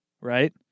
right